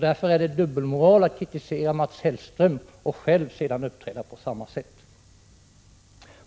Därför är det dubbelmoral att kritisera Mats Hellström och sedan själv uppträda på samma sätt.